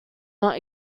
not